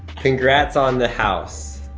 congrats on the house.